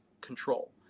control